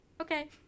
Okay